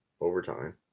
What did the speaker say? overtime